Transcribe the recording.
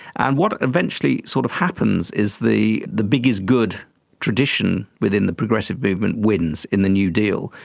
and what eventually sort of happens is the the big is good tradition within the progressive movement wins in the new deal.